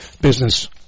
business